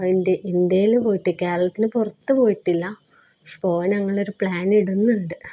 ഇന്ത്യയില് പോയിട്ട് കേരളത്തിന് പുറത്ത് പോയിട്ടില്ല പക്ഷെ പോകാൻ ഞങ്ങളൊരു പ്ലാന് ഇടുന്നുണ്ട്